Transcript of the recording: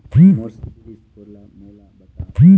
मोर CIBIL score ला मोला बताव?